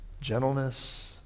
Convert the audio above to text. gentleness